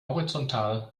horizontal